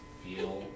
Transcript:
feel